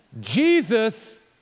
Jesus